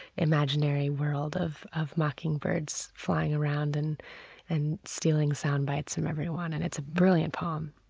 imaginary world of of mockingbirds flying around and and stealing sound bites from everyone and it's a brilliant poem